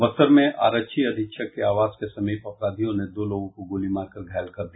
बक्सर में आरक्षी अधीक्षक के आवास के समीप अपराधियों ने दो लोगों को गोली मारकर घायल कर दिया